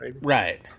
right